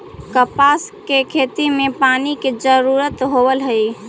कपास के खेती में पानी के जरूरत होवऽ हई